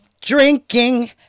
drinking